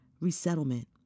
Resettlement